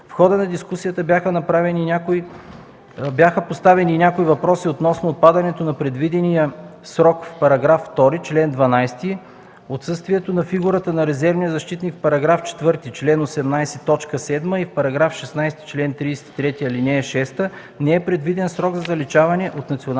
В хода на дискусията бяха поставени и някои въпроси относно отпадането на предвидения срок в § 2, чл. 12; отсъствието на фигурата на резервния защитник в § 4, чл. 18, т. 7 и в § 16, чл. 33, ал. 6 не е предвиден срок за заличаване от националния